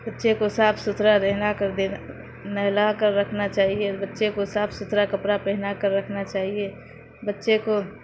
بچے کو صاف ستھرا رہنا کر دینا نہلا کر رکھنا چاہیے بچے کو صاف ستھرا کپرا پہنا کر رکھنا چاہیے بچے کو